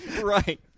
Right